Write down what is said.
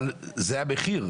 אבל זה המחיר.